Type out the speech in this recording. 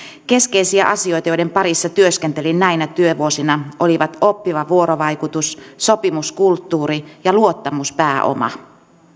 keskeisiä asioita joiden parissa työskentelin näitä työvuosina olivat oppiva vuorovaikutus sopimuskulttuuri ja luottamuspääoma